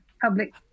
public